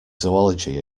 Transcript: zoology